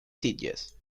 sitges